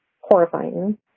horrifying